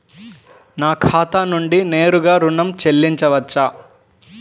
నా ఖాతా నుండి నేరుగా ఋణం చెల్లించవచ్చా?